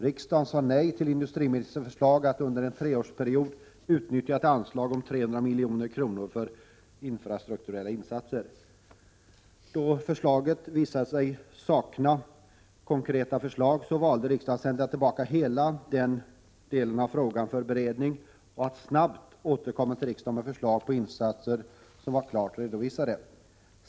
Riksdagen sade nej till industriministerns förslag att under en treårsperiod utnyttja ett anslag om 300 milj.kr. för infrastrukturella insatser. Då förslaget visade sig sakna konkret innehåll, valde riksdagen att sända tillbaka hela den frågan för beredning och att uppmana regeringen att snabbt återkomma till riksdagen med förslag på insatser som var klart redovisade.